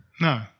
No